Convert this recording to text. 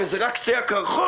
וזה רק קצה הקרחון.